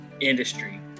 industry